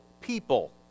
people